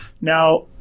Now